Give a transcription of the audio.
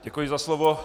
Děkuji za slovo.